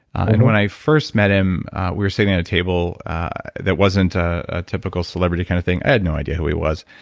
and when i first met him we were sitting at a table that wasn't a typical celebrity kind of thing. i had no idea who he was.